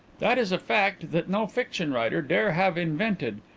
that is a fact that no fiction writer dare have invented,